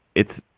it's.